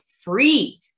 free